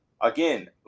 Again